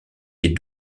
les